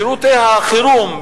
שירותי החירום,